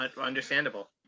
understandable